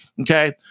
okay